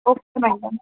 okay madam